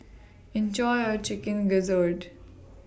Enjoy your Chicken Gizzard